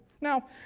Now